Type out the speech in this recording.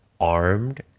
armed